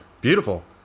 beautiful